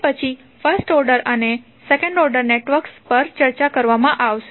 તે પછી first order અને સેકન્ડ ઓર્ડર નેટવર્ક્સ પર ચર્ચા કરવામાં આવશે